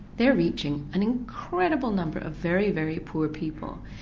they are reaching an incredible number of very, very poor people,